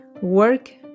Work